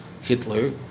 Hitler